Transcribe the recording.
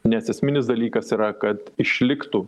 nes esminis dalykas yra kad išliktų